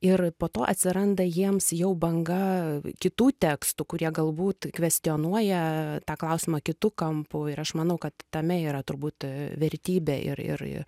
ir po to atsiranda jiems jau banga kitų tekstų kurie galbūt kvestionuoja tą klausimą kitu kampu ir aš manau kad tame yra turbūt vertybė ir ir